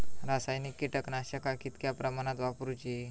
रासायनिक कीटकनाशका कितक्या प्रमाणात वापरूची?